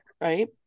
right